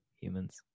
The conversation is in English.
humans